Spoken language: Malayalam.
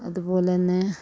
അതുപോലന്നെ